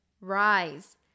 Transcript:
Rise